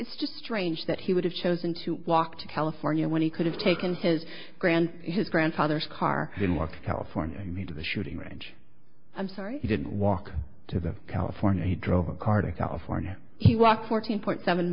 it's just strange that he would have chosen to walk to california when he could have taken his grand his grandfather's car in walk california i mean to the shooting range i'm sorry he didn't walk to the california he drove a car to california he walked fourteen point seven